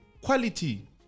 quality